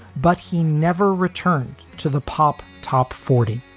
but he never returned to the pop top forty